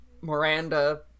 Miranda